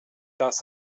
das